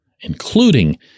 including